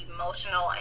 Emotional